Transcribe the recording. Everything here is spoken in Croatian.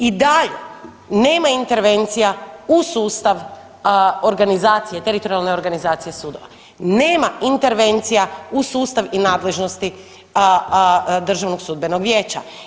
I dalje nema intervencija u sustav organizacije, teritorijalne organizacije sudova, nema intervencija u sustav i nadležnosti Državnog sudbenog vijeća.